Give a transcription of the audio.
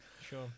Sure